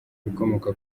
ibikomoka